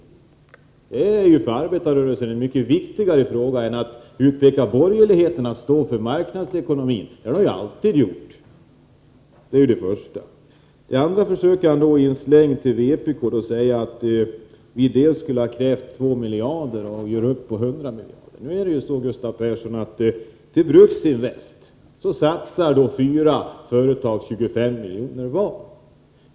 Och det är ju en politik som Gustav Persson i sin tur underordnar sig. Detta är en för arbetarrörelsen mycket viktigare fråga än att framhålla att det är borgerligheten som kräver marknadsekonomi. Det har den ju alltid gjort. För det andra försöker Gustav Persson ge en släng till vpk genom att säga att vi först skulle ha krävt 2 miljarder kronor och sedan gjort upp om 100 miljoner. Nu förhåller det sig så, Gustav Persson, att i Bruksinvest satsar fyra företag 25 milj.kr. vardera.